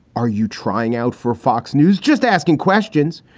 are you trying out for fox news? just asking questions.